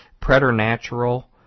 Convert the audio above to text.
preternatural